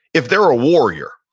if they're a warrior,